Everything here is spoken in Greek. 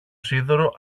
σίδερο